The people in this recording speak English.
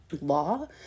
law